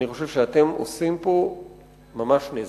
אני חושב שאתם עושים פה ממש נזק.